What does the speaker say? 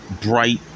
bright